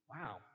Wow